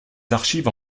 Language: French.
archives